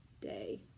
day